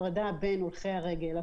הפרדה בין הולכי הרגל,